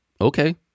Okay